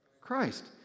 Christ